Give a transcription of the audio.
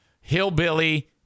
hillbilly